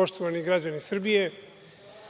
poštovani građani Srbije,